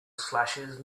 slashes